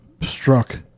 struck